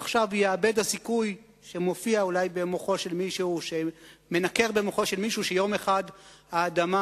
עכשיו יאבד הסיכוי שמנקר אולי במוחו של מישהו שיום אחד האדמה